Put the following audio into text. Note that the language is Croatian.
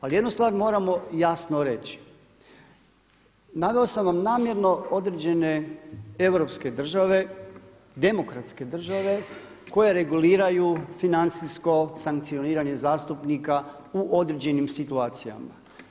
Ali jednu stvar moramo jasno reći, naveo sam vam namjerno određene europske države, demokratske države koje reguliraju financijsko sankcioniranje zastupnika u određenim situacijama.